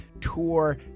tour